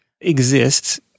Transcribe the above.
exists